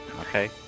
Okay